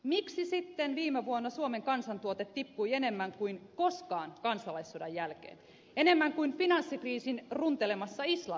miksi sitten viime vuonna suomen kansantuote tippui enemmän kuin koskaan kansalaissodan jälkeen enemmän kuin finanssikriisin runtelemassa islannissa